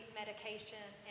medication